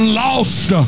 lost